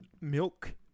milk